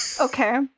Okay